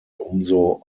umso